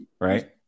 right